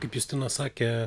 kaip justinas sakė